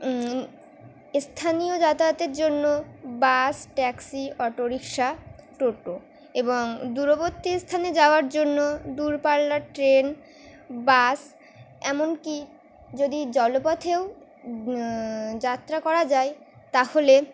স্থানীয় যাতায়াতের জন্য বাস ট্যাক্সি অটোরিকশা টোটো এবং দূরবর্তী স্থানে যাওয়ার জন্য দূরপাল্লার ট্রেন বাস এমনকি যদি জলপথেও যাত্রা করা যায় তাহলে